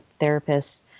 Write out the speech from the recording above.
therapists